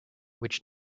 which